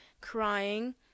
crying